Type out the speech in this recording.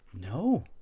no